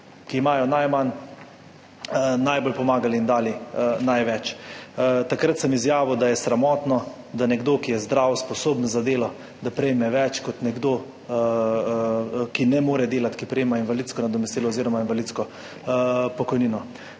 ki imajo najmanj, najbolj pomagali in dali največ. Takrat sem izjavil, da je sramotno, da nekdo, ki je zdrav, sposoben za delo, prejme več kot nekdo, ki ne more delati, ki prejema invalidsko nadomestilo oziroma invalidsko pokojnino.